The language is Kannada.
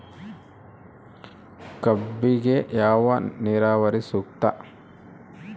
ಕಬ್ಬಿಗೆ ಯಾವ ನೇರಾವರಿ ಸೂಕ್ತ?